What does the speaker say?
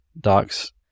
docs